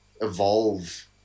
evolve